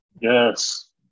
yes